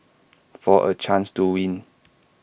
for A chance to win